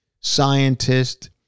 scientist